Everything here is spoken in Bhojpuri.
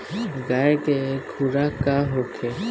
गाय के खुराक का होखे?